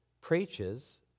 preaches